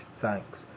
Thanks